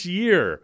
year